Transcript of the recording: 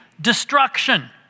destruction